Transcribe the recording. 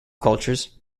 cultures